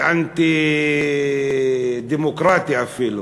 ואנטי-דמוקרטי, אפילו.